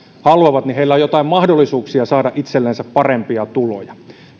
haluavat on joitain mahdollisuuksia saada itsellensä parempia tuloja